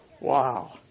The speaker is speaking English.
Wow